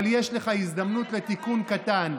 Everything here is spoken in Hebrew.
אבל יש לך הזדמנות לתיקון קטן.